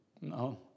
No